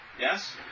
Yes